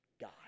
God